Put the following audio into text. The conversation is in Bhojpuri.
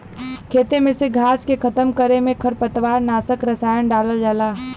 खेते में से घास के खतम करे में खरपतवार नाशक रसायन डालल जाला